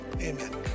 Amen